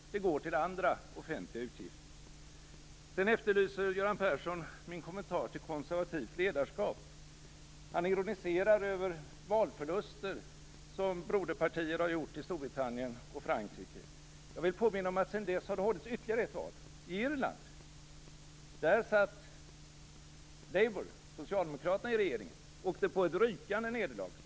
Det går till andra offentliga utgifter. Sedan efterlyser Göran Persson min kommentar till konservativt ledarskap. Han ironiserar över valförluster som broderpartier har gjort i Storbritannien och Frankrike. Jag vill påminna om att det sedan dess har hållits ytterligare ett val, i Irland, där Labour, Socialdemokraterna, satt i regeringen. De åkte på ett rykande nederlag.